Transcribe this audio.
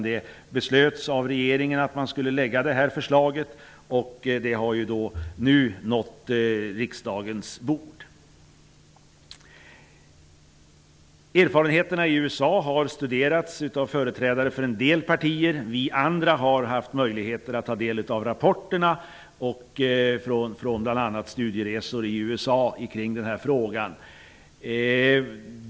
Det beslöts av regeringen att man skulle lägga fram förslaget som nu har nått riksdagens bord. Erfarenheterna i USA har studerats av företrädare för en del partier. Vi andra har haft möjlighet att ta del av rapporterna från bl.a. studieresor som har gjorts i USA med anledning av den här frågan.